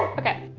okay.